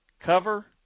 cover